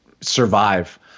survive